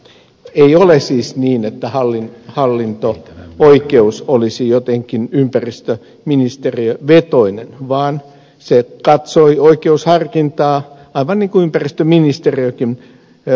ei ole siis niin että hallinto oikeus olisi jotenkin ympäristöministeriövetoinen vaan se katsoi oikeusharkintaa aivan niin kun ympäristöministeriökin vahvistaessaan maakuntakaavat